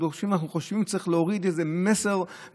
מה שזה עלה, במקום לספוג את זה הפעם,